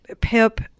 Pip